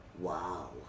Wow